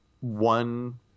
one